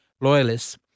loyalists